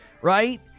right